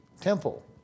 temple